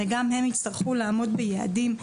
הרי גם הם יצטרכו לעמוד ביעדים,